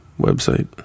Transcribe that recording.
website